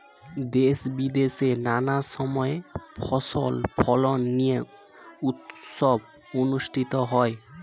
দেশে বিদেশে নানা সময় ফসল ফলন নিয়ে উৎসব অনুষ্ঠিত হয়